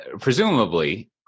presumably